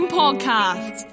podcast